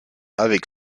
avec